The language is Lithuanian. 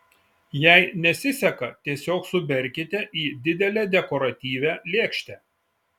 jei nesiseka tiesiog suberkite į didelę dekoratyvią lėkštę